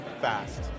fast